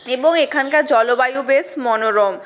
এবং এখানকার জলবায়ু বেশ মনোরম